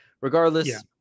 regardless